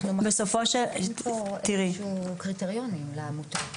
אין פה איפשהו קריטריונים לעמותה.